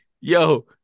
yo